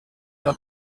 not